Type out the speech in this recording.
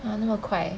!huh! 那个快